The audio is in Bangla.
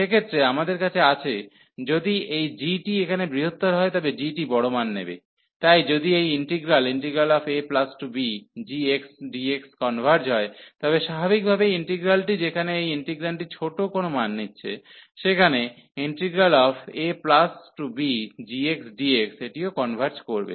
সেক্ষেত্রে আমাদের কাছে আছে যদি এই g টি এখানে বৃহত্তর হয় তবে g টি বড় মান নেবে তাই যদি এই ইন্টিগ্রাল abgxdx কনভার্জ হয় তবে স্বাভাবিকভাবেই ইন্টিগ্রালটি যেখানে এই ইন্টিগ্রান্ডটি ছোট কোন মান নিচ্ছে সেখানে abgxdx এটিও কনভার্জ করবে